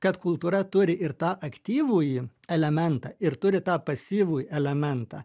kad kultūra turi ir tą aktyvųjį elementą ir turi tą pasyvųjį elementą